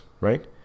right